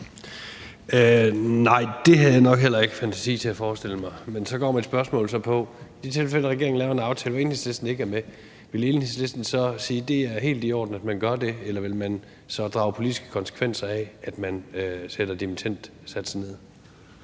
Nej, det havde jeg nok heller ikke fantasi til at forestille mig, men så går mit spørgsmål så på: I det tilfælde, at regeringen laver en aftale, hvor Enhedslisten ikke er med, vil Enhedslisten så sige, at det er helt i orden, at man gør det, eller vil man så drage nogle politiske konsekvenser af, at man sætter dimittendsatsen ned?